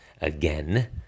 again